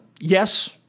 yes